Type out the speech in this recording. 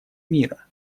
мира